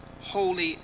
holy